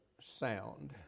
sound